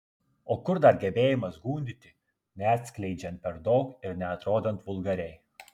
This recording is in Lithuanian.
o kur dar gebėjimas gundyti neatskleidžiant per daug ir neatrodant vulgariai